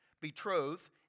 Betrothed